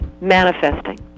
manifesting